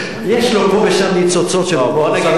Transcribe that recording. יש לו פה ושם ניצוצות של הומור, לשר החינוך.